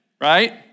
right